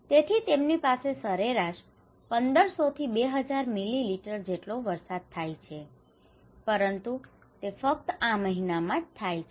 તેથી તેમની પાસે સરેરાશ 1500 થી 2000 મિલીમીટર જેટલો વરસાદ થાય છે પરંતુ તે ફક્ત આ મહિનાઓમાં જ થાય છે